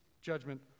judgment